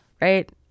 right